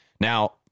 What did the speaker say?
Now